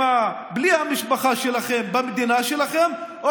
או שאתם חיים בלי המשפחה שלכם במדינה שלכם או